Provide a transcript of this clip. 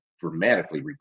dramatically